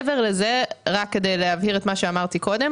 מעבר לזה, רק כדי להבהיר את מה שאמרתי קודם.